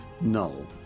Null